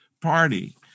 party